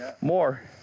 More